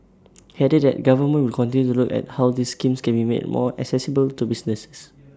he added that the government will continue to look at how these schemes can be made more accessible to businesses